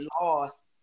lost